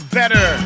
better